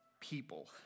people